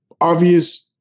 obvious